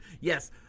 Yes